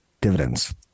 dividends